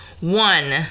One